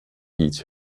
each